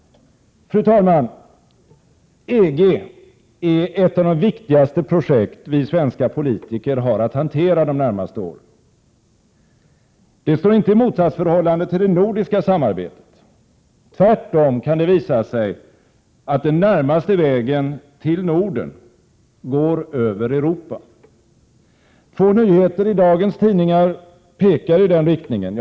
Fru talman! EG är ett av de viktigaste projekt vi svenska politiker har att hantera de närmaste åren. Det står inte i motsatsförhållande till det nordiska samarbetet — tvärtom kan det visa sig att den närmaste vägen till Norden går över Europa. Två nyheter i dagens tidningar pekar i den riktningen.